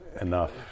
enough